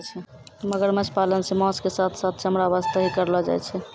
मगरमच्छ पालन सॅ मांस के साथॅ साथॅ चमड़ा वास्तॅ ही करलो जाय छै